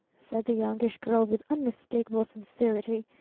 said the youngish girl, with unmistakable sincerity.